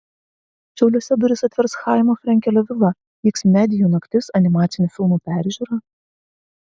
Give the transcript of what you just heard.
šiauliuose duris atvers chaimo frenkelio vila vyks medijų naktis animacinių filmų peržiūra